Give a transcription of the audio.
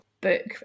book